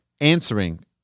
answering